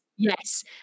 Yes